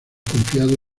confiado